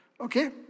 Okay